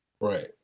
Right